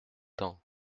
temps